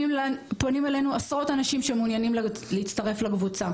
פונים אלינו עשרות אנשים שמעוניינים להצטרף לקבוצה,